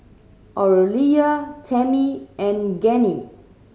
Aurelia Tammy and Gennie